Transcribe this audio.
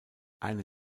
eine